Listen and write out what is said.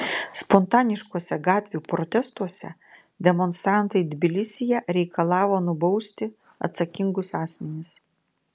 spontaniškuose gatvių protestuose demonstrantai tbilisyje reikalavo nubausti atsakingus asmenis